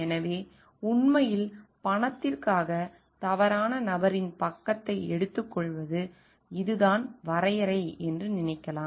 எனவே உண்மையில் பணத்திற்காக தவறான நபரின் பக்கத்தை எடுத்துக்கொள்வது இதுதான் வரையறை என்று நினைக்கலாம்